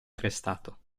arrestato